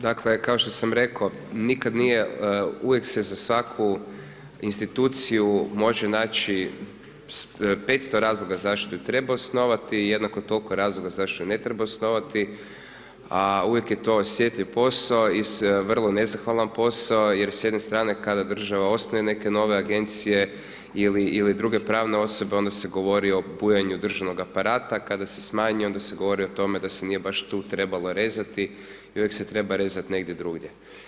Dakle, kao što sam rekao, nikad nije, uvijek se za svaku instituciju može naći 500 razloga zašto je treba osnovati, jednako toliko razloga zašto je ne treba osnovati, a uvijek je to osjetljiv posao i vrlo nezahvalan posao jer s jedne strane kada država osnuje neke nove Agencije ili druge pravne osobe, onda se govori o bujanju državnog aparata, kada se smanjuje, onda se govori o tome da se nije baš tu trebalo rezati i uvijek se treba rezat negdje drugdje.